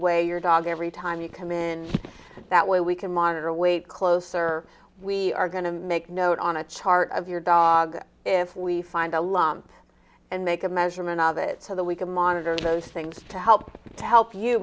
weigh your dog every time you come in that way we can monitor a weight closer we are going to make note on a chart of your dog if we find a lump and make a measurement of it so that we can monitor those things to help to help you